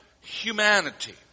humanity